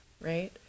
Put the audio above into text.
right